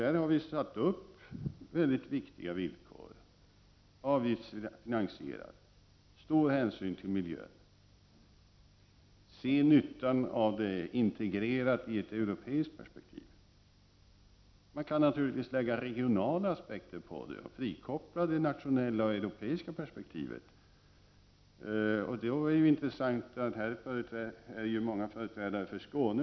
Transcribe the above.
Vi har satt upp mycket viktiga villkor — avgiftsfinansiering, stor hänsyn till miljön, nyttan av det integrerat i ett europeiskt perspektiv. Man kan naturligtvis också lägga regionala aspekter på det och frikoppla det nationella och europeiska perspektivet. Många företrädare från Skåne har varit uppe i diskussionen.